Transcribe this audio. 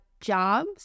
jobs